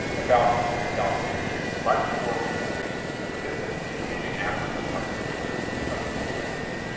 about eighty three thousand years ago, much more recently. so, this is the leaving africa part, there's a group of humans